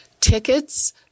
tickets